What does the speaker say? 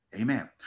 Amen